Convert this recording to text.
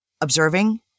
observing